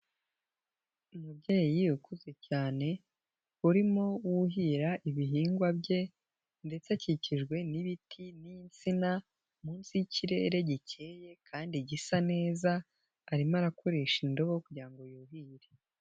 Umubyeyi ukuze cyane urimo wuhira ibihingwa bye ndetse akikijwe n'ibiti n'insina, munsi yikirere gikeye kandi gisa neza arimo arakoresha indobo kugira ngo yuhire.